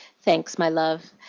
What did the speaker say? thanks, my love.